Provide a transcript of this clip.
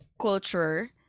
culture